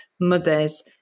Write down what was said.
mothers